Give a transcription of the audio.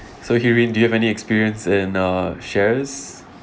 so hee rin do you have any experience in uh shares